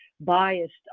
biased